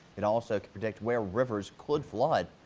it also predict where rivers could fly.